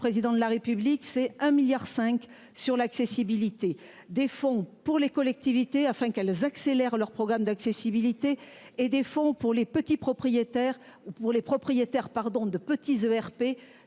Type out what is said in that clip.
du président de la République, c'est un milliard 5 sur l'accessibilité des fonds pour les collectivités afin qu'elles accélèrent leurs programmes d'accessibilité et des fonds pour les petits propriétaires ou pour les